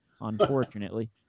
unfortunately